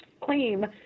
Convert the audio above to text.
claim